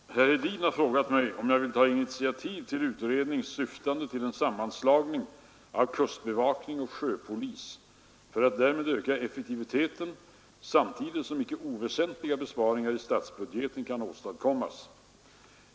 Herr talman! Herr Hedin har frågat mig om jag vill ta initiativ till utredning syftande till en sammanslagning av kustbevakning och sjöpolis för att därmed öka effektiviteten, samtidigt som icke oväsentliga besparingar i statsbudgeten kan åstadkommas.